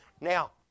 Now